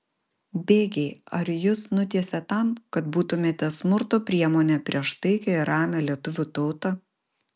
bėgiai ar jus nutiesė tam kad būtumėte smurto priemonė prieš taikią ir ramią lietuvių tautą